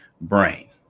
brain